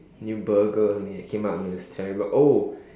new burger or something that came out and it was terrible oh